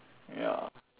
ya